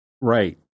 right